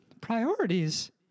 priorities